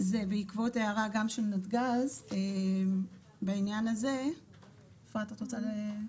זה בעקבות הערה של נתגז, בעניין הזה אפרת, בבקשה.